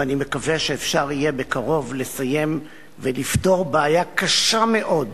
ואני מקווה שאפשר יהיה בקרוב לסיים ולפתור בעיה קשה מאוד